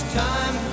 time